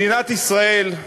מדינת ישראל,